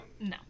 No